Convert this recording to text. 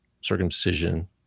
circumcision